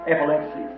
epilepsy